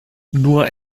nur